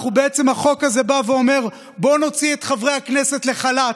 בעצם החוק הזה אומר: בואו נוציא את חברי הכנסת לחל"ת.